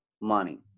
money